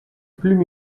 plume